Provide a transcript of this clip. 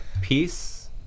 peace